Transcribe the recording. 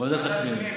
לוועדת הפנים.